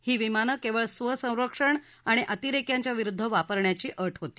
ही विमानं केवळ स्व संरक्षण आणि अतिरेक्यांच्या विरुद्ध वापरण्याची अट होती